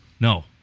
no